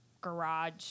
garage